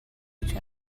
each